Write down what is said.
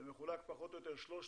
זה מחולק כ-3/4